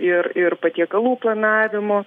ir ir patiekalų planavimo